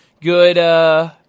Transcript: good